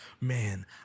man